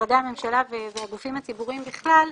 משרדי הממשלה והגופים הציבוריים בכלל,